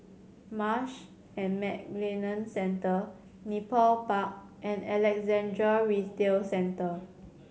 Marsh and McLennan Centre Nepal Park and Alexandra Retail Centre